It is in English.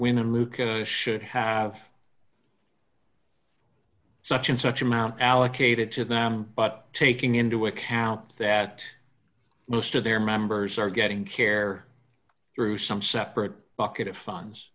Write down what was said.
women lucca should have such and such amount allocated to them but taking into account that most of their members are getting care through some separate bucket of funds